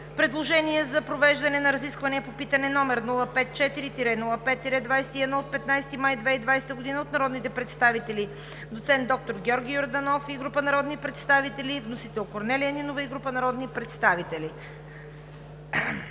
Предложение за провеждане на разисквания по питане, № 054 05-21, от 15 май 2020 г. от народните представители доцент доктор Георги Йорданов и група народни представители. Вносители са народният представител